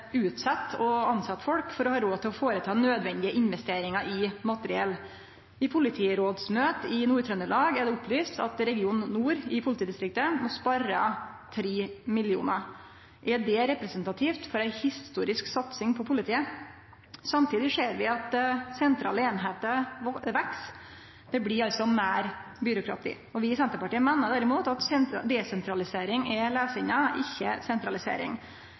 utsett å tilsetje folk for å ha råd til å gjere nødvendige investeringar i materiell. I politirådsmøte i Nord-Trøndelag er det opplyst at Region nord i politidistriktet må spare 3 mill. kr. Er det representativt for ei historisk satsing på politiet? Samstundes ser vi at sentrale einingar veks – det blir altså meir byråkrati. Vi i Senterpartiet meiner derimot at desentralisering er løysinga, ikkje sentralisering.